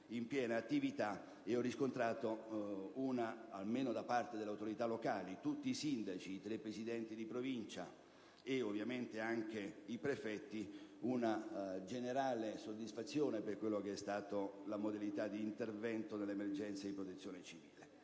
ho riscontrato, almeno da parte delle autorità locali (tutti i sindaci, i tre presidenti di provincia e ovviamente anche i prefetti), una generale soddisfazione per quella che è stata la modalità di intervento nell'emergenza di protezione civile.